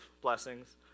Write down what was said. blessings